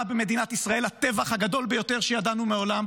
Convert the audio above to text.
במדינת ישראל הטבח הגדול ביותר שידענו מעולם,